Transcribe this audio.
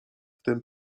wtem